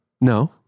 No